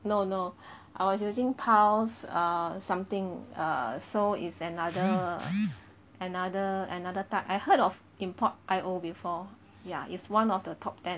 no no I was using pulse err something err so it's another another another type I heard of Import.io before ya it's one of the top ten